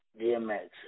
DMX